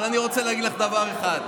אבל אני רוצה להגיד לך דבר אחד.